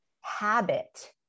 habit